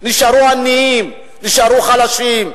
שנשארו עניים, נשארו חלשים,